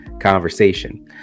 Conversation